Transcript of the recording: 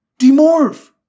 Demorph